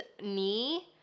knee